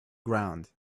ground